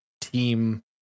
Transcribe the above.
team